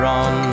on